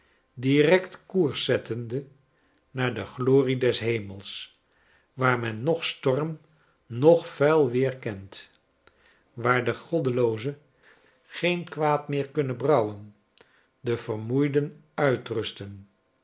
direct koers zettende naar deglorie deshemels waar men noch storm noch vuil weer kent waar de goddeloozen geen kwaad meer kunnen brouwen de vermoeiden uitrusten